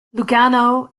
lugano